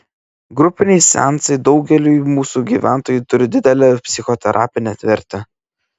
grupiniai seansai daugeliui mūsų gyventojų turi didelę psichoterapinę vertę